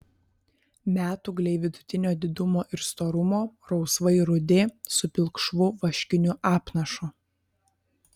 metūgliai vidutinio didumo ir storumo rausvai rudi su pilkšvu vaškiniu apnašu